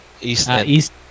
East